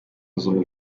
umuzungu